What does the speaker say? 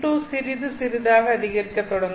n2 சிறிது சிறிதாக அதிகரிக்கத் தொடங்கும்